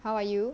how are you